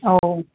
ꯑꯧ